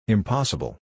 Impossible